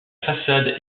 façade